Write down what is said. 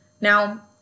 Now